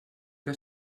que